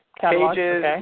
Pages